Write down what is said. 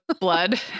blood